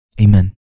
Amen